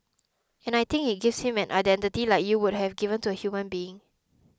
and I think it gives him an identity like you would have given to a human being